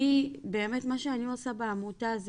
מה שאני עושה בעמותה,